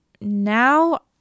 now